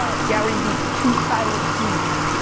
garyvee, two silent es.